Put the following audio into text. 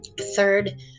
Third